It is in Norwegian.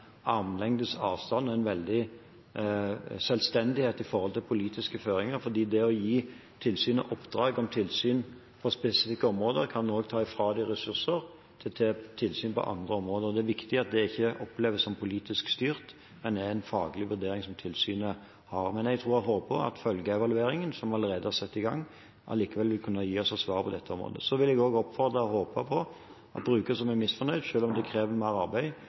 avstand og en stor selvstendighet i forhold til politiske føringer, fordi det å gi tilsynet oppdrag om tilsyn på spesifikke områder også kan ta fra dem ressurser til tilsyn på andre områder. Det er viktig at det ikke oppleves som politisk styrt, men er en faglig vurdering som tilsynet har. Men jeg tror og håper at følgeevalueringen, som allerede er satt i gang, vil kunne gi oss svar også på dette området. Så vil jeg oppfordre brukere som er misfornøyd, til å klage i disse sakene – og jeg håper det skjer – selv om det krever mer arbeid.